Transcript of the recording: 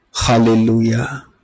hallelujah